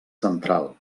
central